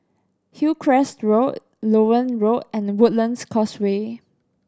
Hillcrest Road Loewen Road and Woodlands Causeway